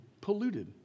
polluted